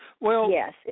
Yes